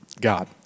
God